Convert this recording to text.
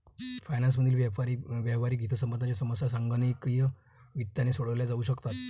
finance मधील व्यावहारिक हितसंबंधांच्या समस्या संगणकीय वित्ताने सोडवल्या जाऊ शकतात